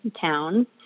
town